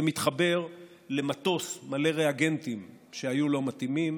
זה מתחבר למטוס מלא ריאגנטים שהיו לא מתאימים,